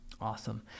Awesome